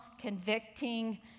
convicting